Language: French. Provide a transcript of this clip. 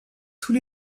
tous